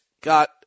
got